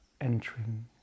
entering